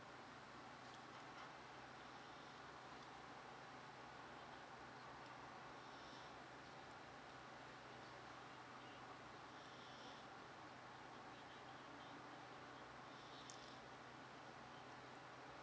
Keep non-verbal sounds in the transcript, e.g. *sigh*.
*breath* *breath* *breath*